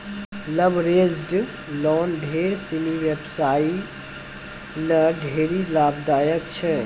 leveraged loan ढेर सिनी व्यवसायी ल ढेरी लाभदायक छै